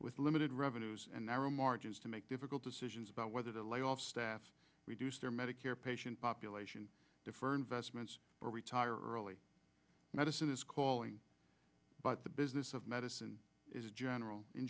with limited revenues and narrow margins to make difficult decisions about whether to lay off staff reduce their medicare patient population defer investments or retire early medicine is calling but the business of medicine is general in